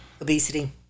obesity